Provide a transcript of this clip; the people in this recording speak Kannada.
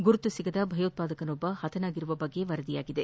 ಗುರುತು ಸಿಗದ ಭಯೋತ್ವಾದಕನೊಬ್ಬ ಹತನಾಗಿರುವ ಬಗ್ಗೆ ವರದಿಯಾಗಿದೆ